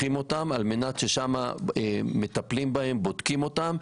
כאשר שם מטפלים את הפונים ובודקים אותם.